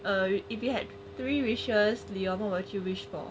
err if you had three wishes leon what would you wish for